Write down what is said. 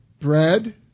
bread